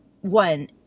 one